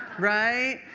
right?